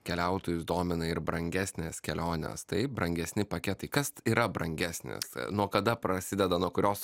keliautojus domina ir brangesnės kelionės taip brangesni paketai kas yra brangesnės nuo kada prasideda nuo kurios